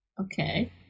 Okay